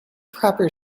proper